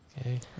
Okay